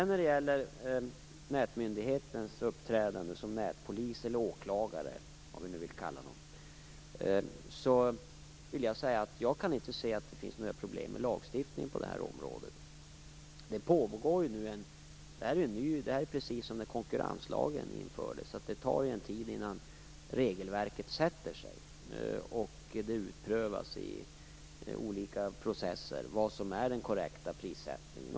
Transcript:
När det gäller nätmyndighetens uppträdande som nätpolis eller åklagare - eller vad vi nu vill kalla det - kan jag inte se att det finns något problem med lagstiftningen på det här området. Det här är precis som när konkurrenslagen infördes. Det tar ju en tid innan regelverket sätter sig. Och det utprövas i olika processer vad som är den korrekta prissättningen.